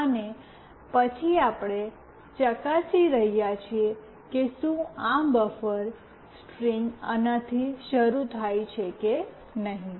અને પછી આપણે ચકાસી રહ્યા છીએ કે શું આ બફર સ્ટ્રિંગ આનાથી શરૂ થાય છે કે નહીં